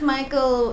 Michael